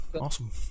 Awesome